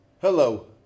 Hello